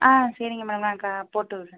ஆ சரிங்க மேடம் நான் க போட்டு விடுறேன்